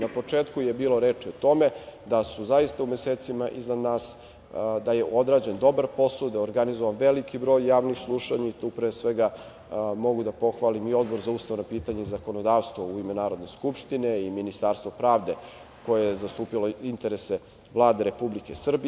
Na početku je bilo reči o tome, da je zaista u mesecima iza nas odrađen dobar posao, da je organizovan veliki broj javnih slušanja i tu pre svega mogu da pohvalim i Odbor za ustavna pitanja i zakonodavstvo u ime Narodne skupštine i Ministarstvo pravde koje je zastupalo interese Vlade Republike Srbije.